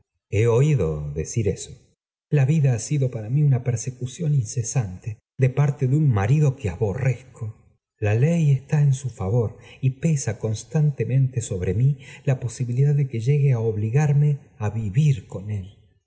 he oído decir eso la vida ha sido para mí una persecución incesante de parte de un mando que aborrezco la ley está en su favor y pesa constantemente sobre mí la posibilidad de que llegue á obligarme a vrnr con él